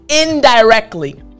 indirectly